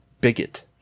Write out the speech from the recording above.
bigot